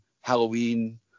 Halloween